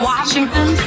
Washington